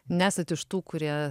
nesat iš tų kurie